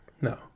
No